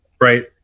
right